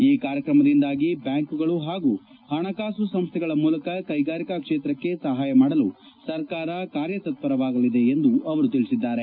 ಈ ಕಾರ್ಯಕ್ರಮದಿಂದಾಗಿ ಬ್ಯಾಂಕುಗಳು ಹಾಗೂ ಹಣಕಾಸು ಸಂಸ್ಥೆಗಳ ಮೂಲಕ ಕೈಗಾರಿಕಾ ಕ್ಷೇತ್ರಕ್ಕೆ ಸಹಾಯ ಮಾಡಲು ಸರ್ಕಾರ ಕಾರ್ಯತತ್ವರವಾಗಲಿದೆ ಎಂದು ಅವರು ತಿಳಿಸಿದರು